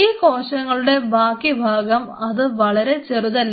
ഈ കോശങ്ങളുടെ ബാക്കിഭാഗം അത് വളരെ ചെറുതല്ലെ